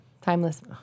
Timeless